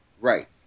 right